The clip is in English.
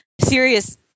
serious